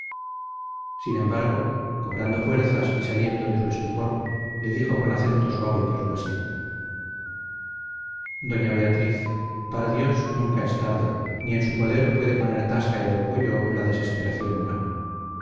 sin embargo cobrando fuerzas y saliendo de su estupor le dijo con acento suave y persuasivo doña beatriz para dios nunca es tarde ni en su poder puede poner tasa el orgullo o la desesperación humana